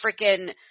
freaking